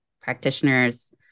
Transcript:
practitioners